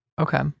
Okay